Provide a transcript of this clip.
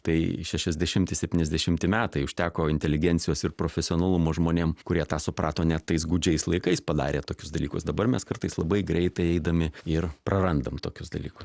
tai šešiasdešimti septyniasdešimti metai užteko inteligencijos ir profesionalumo žmonėm kurie tą suprato net tais gūdžiais laikais padarė tokius dalykus dabar mes kartais labai greitai eidami ir prarandam tokius dalykus